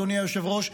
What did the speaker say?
אדוני היושב-ראש,